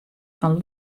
fan